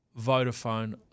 Vodafone